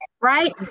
right